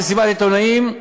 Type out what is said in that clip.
מסיבת עיתונאים,